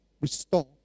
restore